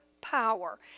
power